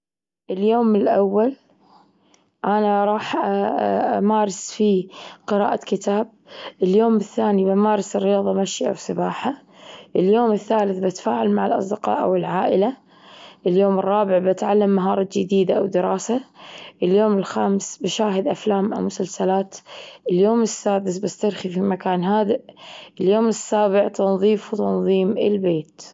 اليوم الأول أنا راح أمارس فيه قراءة كتاب. اليوم الثاني بمارس الرياضة مشي أو سباحة. اليوم الثالث بتفاعل مع الأصدقاء أو العائلة. اليوم الرابع بتعلم مهارة جديدة أو دراسة. اليوم الخامس بشاهد أفلام أو مسلسلات. اليوم السادس بسترخي في مكان هادئ. اليوم السابع تنظيف وتنظيم البيت.